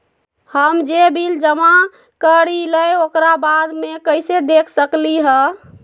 हम जे बिल जमा करईले ओकरा बाद में कैसे देख सकलि ह?